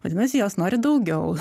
vadinasi jos nori daugiau